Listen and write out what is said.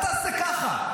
אל תעשה ככה.